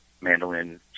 mandolin